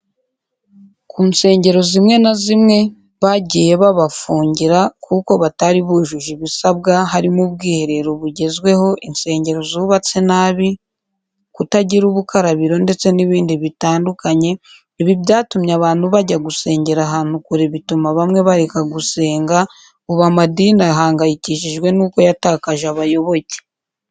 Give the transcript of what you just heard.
Ku nsengero zimwe na zimwe bagiye babafungira kuko batari bujuje ibisabwa harimo ubwiherero bugenzweho, insengero zubatse nabi, kutagira ubukarabiro ndetse n'ibindi bitandukanye, ibi byatumye abantu bajya gusengera ahantu kure bituma bamwe bareka gusenga, ubu amadini ahangayikishijwe n'uko yatakaje abayoboke.